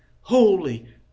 holy